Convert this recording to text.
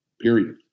period